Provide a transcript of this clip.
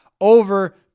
over